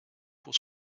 pour